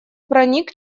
проник